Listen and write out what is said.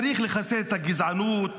צריך לחסל את הגזענות.